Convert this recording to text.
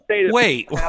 Wait